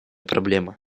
проблема